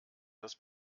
das